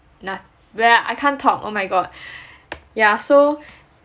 I can't talk oh my god yeah so